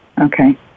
okay